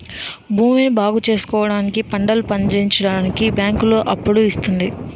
భూమిని బాగుచేసుకోవడానికి, పంటలు పండించడానికి బ్యాంకులు అప్పులు ఇస్తుంది